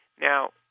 Now